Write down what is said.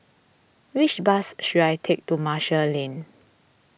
which bus should I take to Marshall Lane